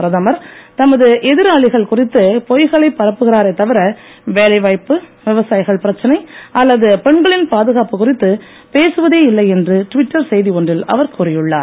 பிரதமர் தமது எதிராளிகள் குறித்து பொய்களை பரப்புகிறாரே தவிர வேலைவாய்ப்பு விவசாயிகள் பிரச்னை அல்லது பெண்களின் பாதுகாப்பு குறித்து பேசுவதே இல்லை என்று டிவிட்டர் செய்தி ஒன்றில் அவர் கூறியுள்ளார்